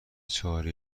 چاره